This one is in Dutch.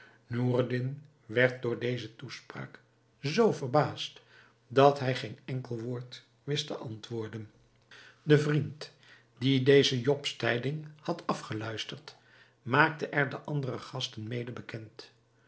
noureddin werd door deze toespraak zoo verbaasd dat hij geen enkel woord wist te antwoorden de vriend die deze jobstijding had afgeluisterd maakte er de andere gasten mede bekend